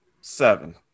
seven